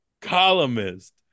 columnist